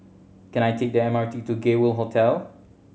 can I take the M R T to Gay World Hotel